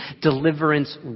deliverance